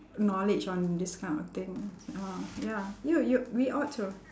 knowledge on this kind of thing ah ya you you we ought so